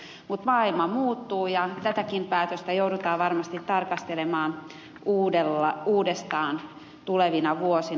mutta maailma muuttuu ja tätäkin päätöstä joudutaan varmasti tarkastelemaan uudestaan tulevina vuosina